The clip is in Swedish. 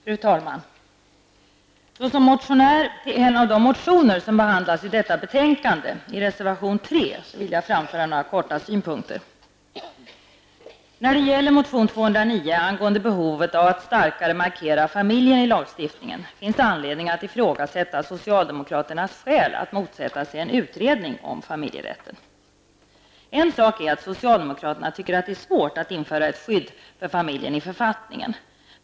Fru talman! Såsom författare till en av de motioner som behandlas i detta betänkande -- i reservation 3 -- vill jag framföra några kortfattade synpunkter. När det gäller motion 209 angående behovet av att starkare markera familjen i lagstiftningen finns anledning att ifrågasätta socialdemokraternas skäl att motsätta sig en utredning om familjerätten. Låt vara att socialdemokraterna tycker att det är svårt att införa ett skydd för familjen i författningen.